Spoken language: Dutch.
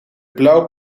blauwe